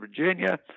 Virginia